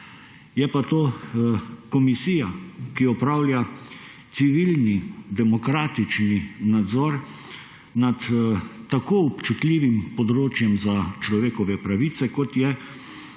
Je pa to komisija, ki opravlja civilni, demokratični nadzor nad tako občutljivim področjem za človekove pravice, kot je